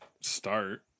start